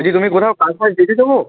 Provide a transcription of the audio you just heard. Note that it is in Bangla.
তুমি কোথাও কাজ ফাজ দেখে দেবো